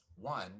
one